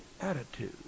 attitude